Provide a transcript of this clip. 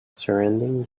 surrounding